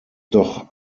doch